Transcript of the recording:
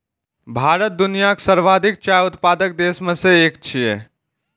भारत दुनियाक सर्वाधिक चाय उत्पादक देश मे सं एक छियै